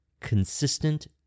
consistent